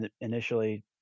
initially